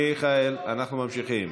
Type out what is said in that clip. מיכאל, אנחנו ממשיכים.